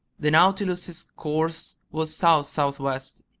the nautilus's course was south-southwest.